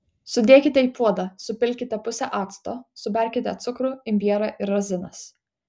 sudėkite į puodą supilkite pusę acto suberkite cukrų imbierą ir razinas